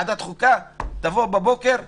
שוועדת חוקה תבוא בבוקר לאשר.